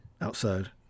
outside